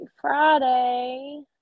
Friday